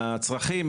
והצרכים